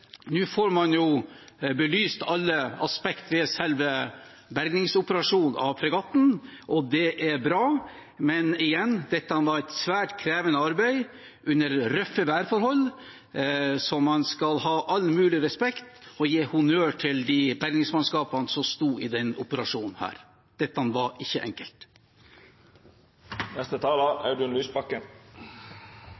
Nå får man belyst alle aspekter ved selve bergingen av fregatten, og det er bra. Men igjen – dette var et svært krevende arbeid under røffe værforhold. Man skal ha all mulig respekt for og gi honnør til de bergingsmannskapene som sto i denne operasjonen. Dette var ikke enkelt.